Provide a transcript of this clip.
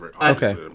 okay